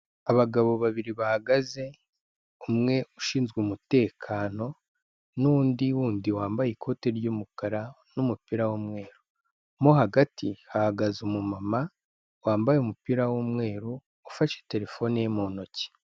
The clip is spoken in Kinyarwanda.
Abagabo babiri bahagaze, umwe ushinzwe umutekano n'undi wundi wambaye ikoti ry'umukara n'umupira w'umweru, mo hagati hahagaze umumama wambaye umupira w'umweru ufashe telefone ye mu ntoki.